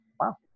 Wow